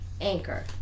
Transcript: Anchor